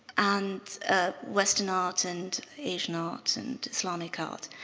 and ah western art and asian art and islamic art,